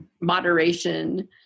moderation